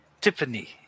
tiffany